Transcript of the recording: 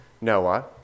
Noah